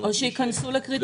או שייכנסו לקריטריון הבסיסי.